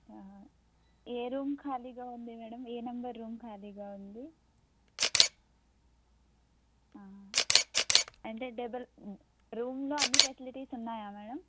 ఏ room ఖాళీగా ఉంది madam ఏ నెంబర్ రూమ్ ఖాళీగా ఉంది అంటే డబల్ రూమ్లో అన్ని ఫెసిలిటీస్ ఉన్నాయా మేడం